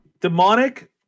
demonic